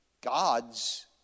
God's